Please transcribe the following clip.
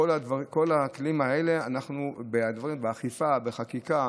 לכל הכלים האלה אנחנו מתייחסים באכיפה, בחקיקה,